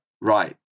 right